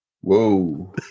Whoa